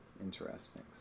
Interesting